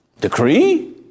Decree